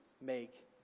make